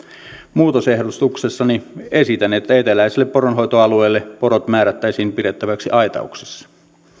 muutosehdotuksessani esitän että eteläisillä poronhoitoalueilla porot määrättäisiin pidettäväksi aitauksessa